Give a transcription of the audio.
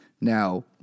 Now